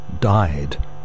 died